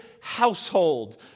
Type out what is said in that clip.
household